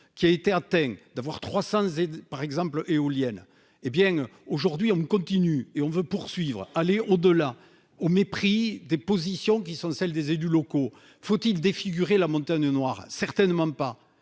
qui a été atteint d'avoir 300 par exemple, éolienne, hé bien aujourd'hui on continue et on veut poursuivre aller au-delà, au mépris des positions qui sont celles des élus locaux, faut-il défigurer la montagne Noire, certainement pas,